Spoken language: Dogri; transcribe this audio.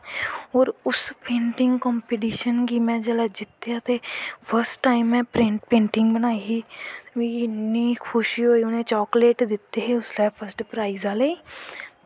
और उस पेंटिंग कंपिटिशन गी जिल्लै में जित्तेआ ते फस्ट टाईम में पेंटिंग बनाई ही मिगी इन्नी खुशी होई चाकलेट दित्ते हे उनैं उस टाईम फस्ट प्राईज़ आह्लें गी